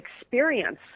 experience